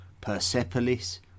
Persepolis